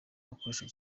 bakoresha